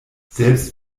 selbst